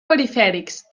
perifèrics